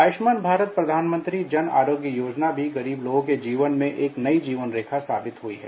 आयुष्मान भारत प्रधानमंत्री जन आरोग्य योजना भी लोगों के जीवन में एक नई जीवन रेखा साबित हुई है